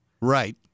Right